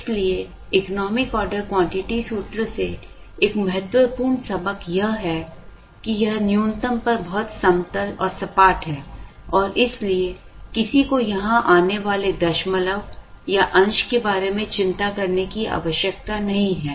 इसलिए economic order quantity सूत्र से एक महत्वपूर्ण सबक यह है कि यह न्यूनतम पर बहुत सपाट है और इसलिए किसी को यहां आने वाले दशमलव या अंश के बारे में चिंता करने की आवश्यकता नहीं है